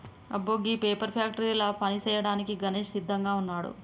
అబ్బో గీ పేపర్ ఫ్యాక్టరీల పని సేయ్యాడానికి గణేష్ సిద్దంగా వున్నాడు